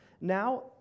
Now